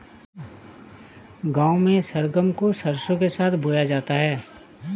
गांव में सरगम को सरसों के साथ बोया जाता है